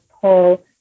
pull